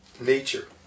nature